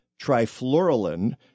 trifluralin